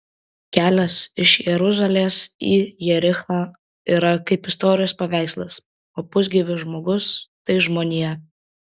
kelias iš jeruzalės į jerichą yra kaip istorijos paveikslas o pusgyvis žmogus tai žmonija